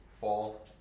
fall